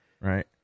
Right